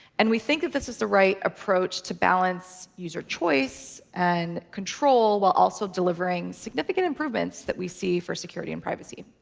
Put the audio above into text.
and we think that this is the right approach to balance user choice and control while also delivering significant improvements that we see for security and privacy.